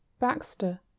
Baxter